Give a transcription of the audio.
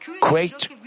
great